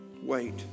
wait